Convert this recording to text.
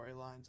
storylines